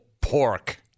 Pork